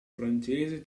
francese